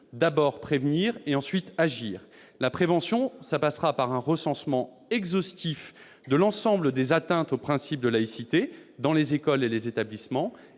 d'abord, prévenir ; ensuite, agir. La prévention passera par un recensement exhaustif des atteintes au principe de laïcité dans les écoles et les établissements.